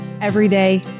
everyday